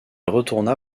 retourna